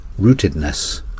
rootedness